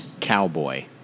Cowboy